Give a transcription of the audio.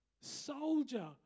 Soldier